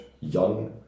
young